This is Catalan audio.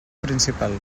principal